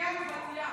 כנסת נכבדה,